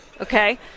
Okay